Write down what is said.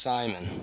Simon